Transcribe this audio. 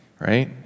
Right